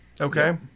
Okay